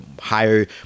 higher